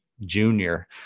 junior